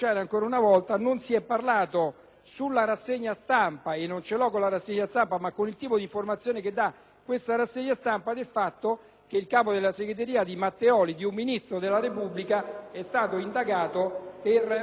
sulla rassegna stampa di ieri (e non ce l'ho con la rassegna stampa ma con il tipo di informazioni che essa dà) non si è parlato del fatto che il capo della segreteria di Matteoli, un ministro della Repubblica, è stato indagato per un reato gravissimo, quello di